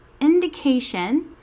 indication